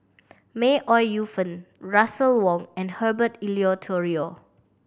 May Ooi Yu Fen Russel Wong and Herbert Eleuterio